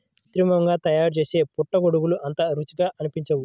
కృత్రిమంగా తయారుచేసే పుట్టగొడుగులు అంత రుచిగా అనిపించవు